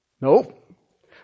Nope